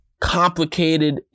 complicated